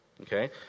okay